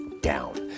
down